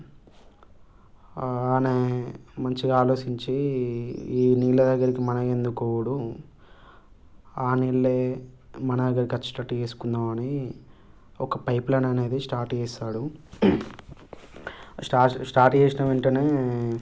ఆయన మంచిగా ఆలోచించి ఈ నీళ్ళ దగ్గరికి మనమెందుకు పోవడం ఆ నీళ్ళే మన దగ్గరికి వచ్చేటట్టు చేసుకుందాం అని ఒక పైప్ లైన్ అనేది స్టార్ట్ చేసాడు స్టార్ట్ స్టార్ట్ చేసిన వెంటనే